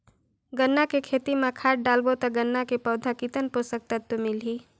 गन्ना के खेती मां खाद डालबो ता गन्ना के पौधा कितन पोषक तत्व मिलही?